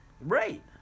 Right